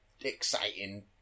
exciting